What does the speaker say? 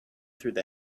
through